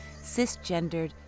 cisgendered